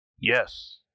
Yes